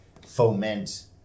foment